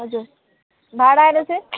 हजुर भाडाहरू चाहिँ